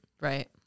Right